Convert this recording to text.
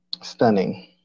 Stunning